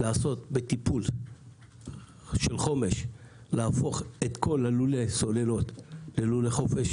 ליצירת תוכנית חומש להפיכת לולי הסוללות ללולי חופש